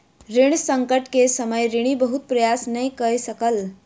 ऋण संकट के समय ऋणी बहुत प्रयास नै कय सकल